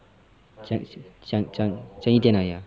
讲讲讲一点而已 ah